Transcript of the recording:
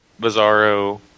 Bizarro